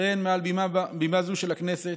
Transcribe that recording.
וכן מעל בימה זו של הכנסת,